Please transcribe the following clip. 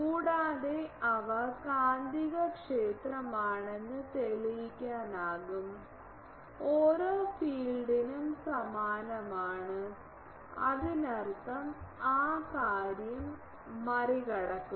കൂടാതെ അവ കാന്തികക്ഷേത്രമാണെന്ന് തെളിയിക്കാനാകും ഓരോ ഫീൽഡിനും സമാനമാണ് അതിനർത്ഥം ആ കാര്യം മറികടക്കുന്നു